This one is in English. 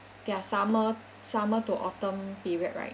their summer summer to autumn period right